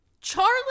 Charlie